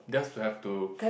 just have to